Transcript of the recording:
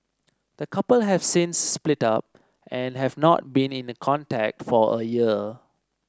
the couple have since split up and have not been in contact for a year